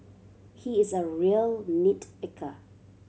he is a real nit picker